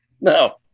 No